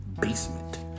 basement